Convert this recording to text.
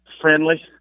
friendly